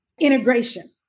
integration